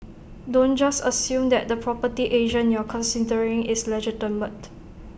don't just assume that the property agent you're considering is legitimate